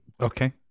Okay